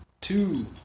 two